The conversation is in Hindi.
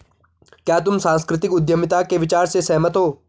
क्या तुम सांस्कृतिक उद्यमिता के विचार से सहमत हो?